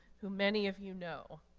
who many of you know.